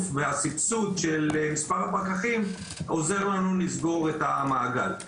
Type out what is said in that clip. והסבסוד של מספר הפקחים עוזר לנו לסגור את המעגל.